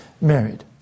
married